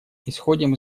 исходим